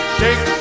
shake